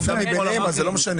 כתוב המוקדם מביניהם אז זה לא משנה,